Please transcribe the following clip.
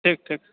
ठीक ठीक